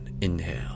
inhale